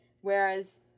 Whereas